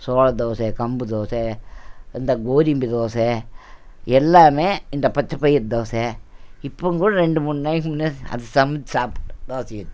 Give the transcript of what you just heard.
சோள தோசை கம்பு தோசை இந்த கோதும்ப தோசை எல்லாமே இந்த பச்சப்பயிறு தோசை இப்போங்கூட ரெண்டு மூணு நேரத்துக்கு முன்னே அது சமச்சு சாப்பிட்டோம் தோசை ஊற்றி